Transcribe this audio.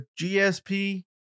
GSP